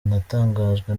natangajwe